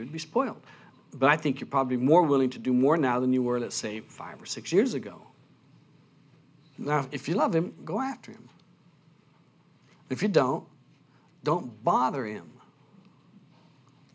re spoiled but i think you're probably more willing to do more now than you were let's say five or six years ago now if you love him go after him if you don't don't bother him